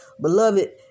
beloved